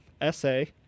essay